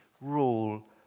rule